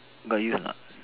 got use a